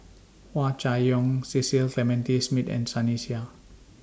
Hua Chai Yong Cecil Clementi Smith and Sunny Sia